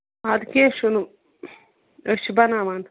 اَدٕ کیٚنٛہہ چھُنہٕ أسۍ چھِ بَناوان